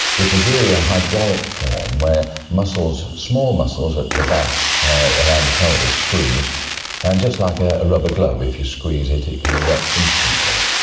which is really a hydraulic form where small muscles at the back around the pelvis squeeze and, just like ah a rubber glove, if you squeeze it it can erect instantly.